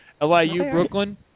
LIU-Brooklyn